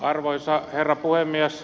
arvoisa herra puhemies